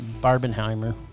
Barbenheimer